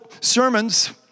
sermons